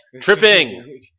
Tripping